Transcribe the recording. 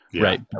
Right